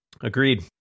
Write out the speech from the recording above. agreed